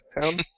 town